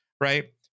right